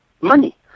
money